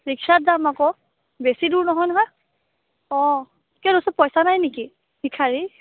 ৰিক্সাত যাম আকৌ বেছি দূৰ নহয় নহয় অ কেলৈ তোৰ ওচৰত পইচা নাই নেকি ভিক্ষাৰী